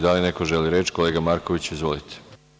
Da li neko želi reč? (Da) Kolega Markoviću, izvolite.